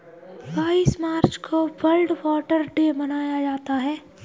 बाईस मार्च को वर्ल्ड वाटर डे मनाया जाता है